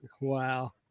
Wow